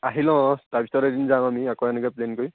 আহি লও অঁ তাৰপিছত এদিন যাম আমি আকৌ এনেকৈ প্লেন কৰি